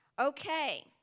Okay